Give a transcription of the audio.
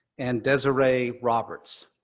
and desiree roberts,